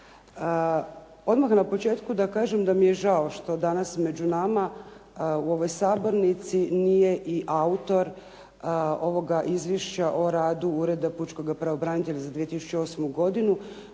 Odmah na početku da kažem da mi je žao što danas među nama u ovoj sabornici nije i autor ovoga izvješća o radu ureda pučkoga pravobranitelja za 2008. godinu,